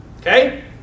okay